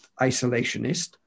isolationist